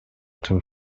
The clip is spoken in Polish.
tym